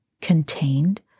contained